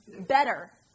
better